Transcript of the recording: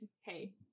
hey